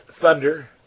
Thunder